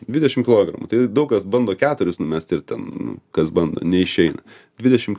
dvidešim kilogramų tai daug kas bando keturis numesti ir ten kas bando neišeina dvidešim